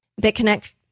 BitConnect